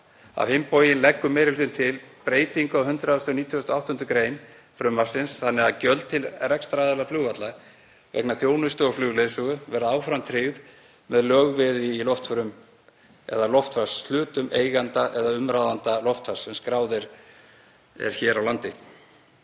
Á hinn bóginn leggur meiri hlutinn til breytingu á 198. gr. frumvarpsins þannig að gjöld til rekstraraðila flugvalla vegna þjónustu og flugleiðsögu verði áfram tryggð með lögveði í loftförum eða loftfarshlutum eiganda eða umráðanda loftfars sem skráð er hér á landi.